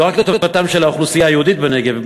לא רק לטובתה של האוכלוסייה היהודית בנגב,